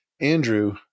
Andrew